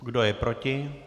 Kdo je proti?